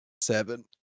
Seven